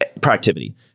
productivity